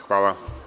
Hvala.